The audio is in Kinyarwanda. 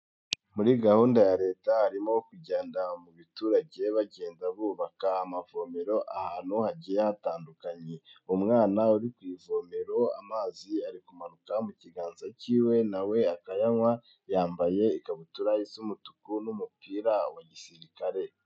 Muri gahunda ya leta harimo kugenda mu baturage bagenda bubaka amavomero ahantu hagiye hatandukanye umwana uri ku ivomero amazi ari kumanuka mu kiganza cyiwe nawe akayanywa yambaye ikabutura isa umutuku n'umupira wa gisirikare.